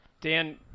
Dan